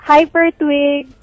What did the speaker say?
HyperTwig